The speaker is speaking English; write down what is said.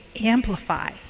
amplify